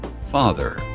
Father